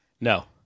No